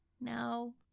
No